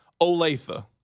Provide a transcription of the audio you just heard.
Olathe